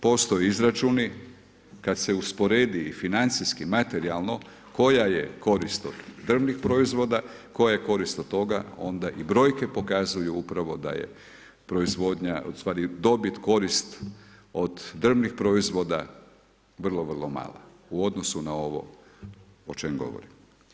Postoje izračuni kad se usporedi i financijski materijalno koja je korist od drvnih proizvoda, koja je korist od toga onda i brojke pokazuju upravo da je proizvodnja, ustvari dobit, korist od drvnih proizvoda vrlo, vrlo mala u odnosu na ovo o čemu govorim.